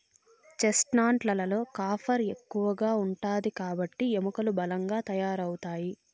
chestnut లలో copper ఎక్కువ ఉంటాది కాబట్టి ఎముకలు బలంగా తయారవుతాయి